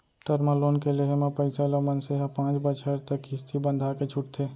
term loan के लेहे म पइसा ल मनसे ह पांच बछर तक किस्ती बंधाके छूटथे